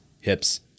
hips